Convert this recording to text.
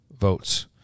votes